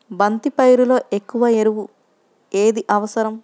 బంతి పైరులో ఎక్కువ ఎరువు ఏది అవసరం?